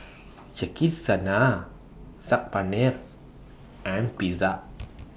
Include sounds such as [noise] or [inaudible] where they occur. [noise] Yakizakana Saag Paneer and Pizza